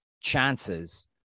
chances